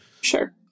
sure